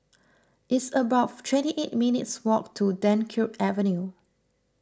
it's about twenty eight minutes' walk to Dunkirk Avenue